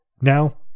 Now